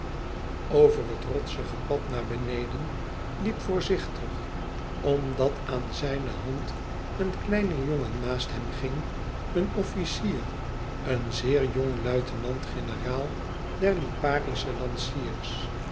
over het rotsige pad naar beneden liep voorzichtig omdat aan zijne hand een kleine jongen naast hem ging een officier een zeer jong luitenant-generaal der liparische lanciers